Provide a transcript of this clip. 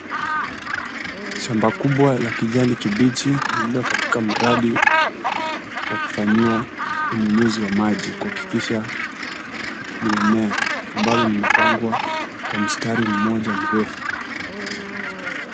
Shamba kubwa la kijani kibichi, lililo katika mrali wa kufanyiwa, unyunyizi wa maji, kuhakikisha, limemea, ambalo limepangwa, kwa mstari mmoja mrefu.